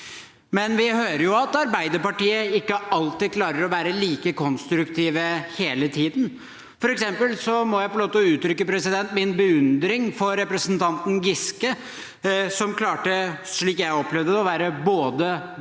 Men vi hører jo at Arbeiderpartiet ikke alltid klarer å være like konstruktiv hele tiden. For eksempel må jeg få lov til å uttrykke min beundring for representanten Giske, som klarte, slik jeg opplevde det, å være både veldig